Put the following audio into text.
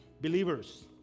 believers